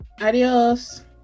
Adios